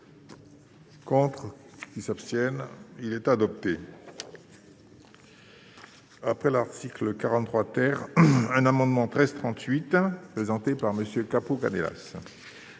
Contre qui s'abstiennent il est adopté. Après l'article 43 terre un amendement 13 38 présenté par Monsieur Capo Canellas.